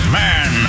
man